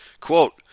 Quote